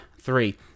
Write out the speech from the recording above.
three